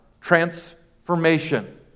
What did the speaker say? transformation